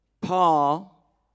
Paul